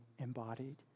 embodied